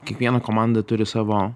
kiekviena komanda turi savo